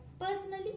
personally